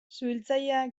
suhiltzailea